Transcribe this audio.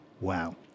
Wow